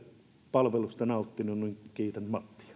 palvelusta nauttineet kiitän